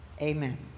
Amen